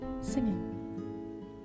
singing